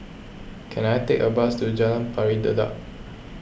can I take a bus to Jalan Pari Dedap